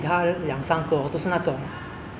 好像我没有 operations management 那种东西 orh